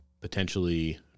potentially